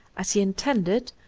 as. he intended,